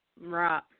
Right